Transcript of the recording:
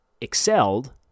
excelled